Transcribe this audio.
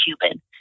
Cuban